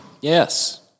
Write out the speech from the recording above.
Yes